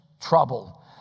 trouble